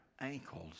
ankles